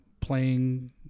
Playing